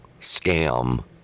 scam